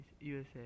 USA